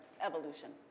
evolution